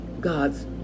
God's